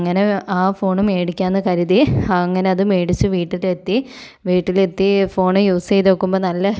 അങ്ങനെ ആ ഫോൺ മേടിക്കാമെന്നു കരുതി അങ്ങനെ അത് മേടിച്ച് വീട്ടിൽ എത്തി വീട്ടിൽ എത്തി ഫോൺ യൂസ് ചെയ്തു നോക്കുമ്പോൾ നല്ല